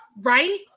right